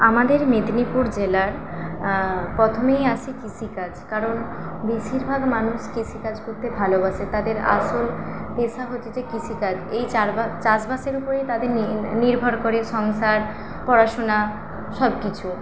আমাদের মেদিনীপুর জেলার প্রথমেই আসি কৃষিকাজ কারণ বেশিরভাগ মানুষ কৃষিকাজ করতে ভালোবাসে তাদের আসল পেশা হচ্ছে যে কৃষিকাজ এই চারবার চাষবাসের উপরে তাদের নি নির্ভর করে সংসার পড়াশুনা সবকিছু